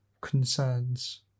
concerns